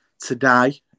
today